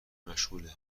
مشغوله